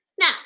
now